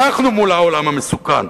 אנחנו מול העולם המסוכן.